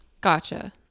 gotcha